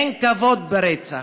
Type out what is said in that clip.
אין כבוד ברצח,